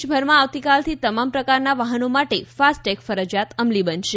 દેશભરમાં આવતીકાલથી તમામ પ્રકારના વાહનો માટે ફાસ્ટેગ ફરજિયાત અમલી બનશે